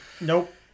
Nope